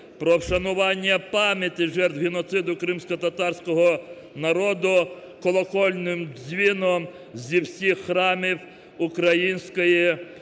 про вшанування пам'яті жертв геноциду кримськотатарського народу колокольним дзвоном зі всіх храмів Української